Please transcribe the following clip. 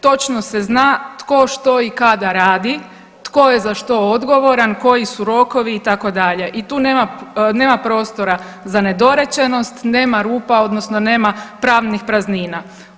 Točno se zna tko što i kada radi, tko je za što odgovoran, koji su rokovi itd. i tu nema prostora za nedorečenost, nema rupa odnosno nema pravnih praznina.